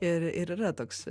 ir ir yra toks